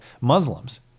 Muslims